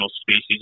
species